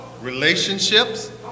relationships